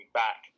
back